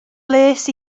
les